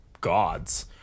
gods